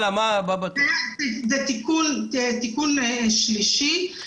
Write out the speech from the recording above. תיקון שלישי,